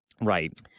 Right